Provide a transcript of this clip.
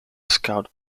scout